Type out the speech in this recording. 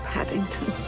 Paddington